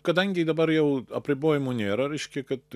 kadangi dabar jau apribojimų nėra reiškia kad